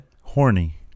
Horny